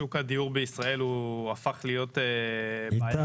שוק הדיור בישראל הוא במצב מאוד בעייתי